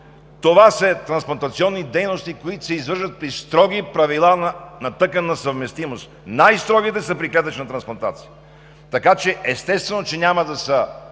Това са трансплантационни дейности, които се извършват при строги правила на тъканна съвместимост. Най-строгите са при клетъчната трансплантация, така че, естествено, няма да са